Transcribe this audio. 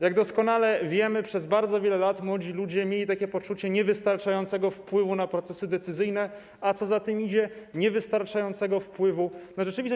Jak doskonale wiemy, przez bardzo wiele lat młodzi ludzie mieli poczucie niewystarczającego wpływu na procesy decyzyjne, a co za tym idzie, niewystarczającego wpływu na rzeczywistość.